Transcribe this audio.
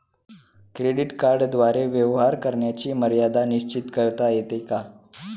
Credit कार्डद्वारे व्यवहार करण्याची मर्यादा निश्चित करता येते का?